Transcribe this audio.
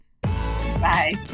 Bye